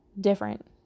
different